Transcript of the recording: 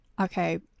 Okay